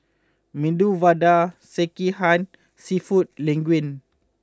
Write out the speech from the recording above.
Medu Vada Sekihan and Seafood Linguine